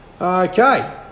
Okay